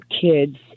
kids